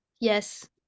Yes